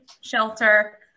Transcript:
shelter